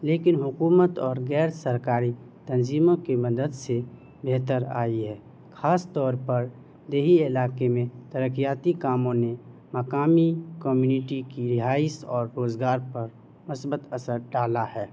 لیکن حکومت اور غیر سرکاری تنظیموں کی مدد سے بہتر آئی ہے خاص طور پر دیہی علاقے میں ترقیاتی کاموں نے مقامی کمیونٹی کی رہائش اور روزگار پر مثبت اثر ڈالا ہے